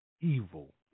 evil